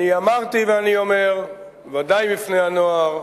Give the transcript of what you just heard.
אמרתי, ואני אומר, ודאי בפני הנוער,